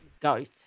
goat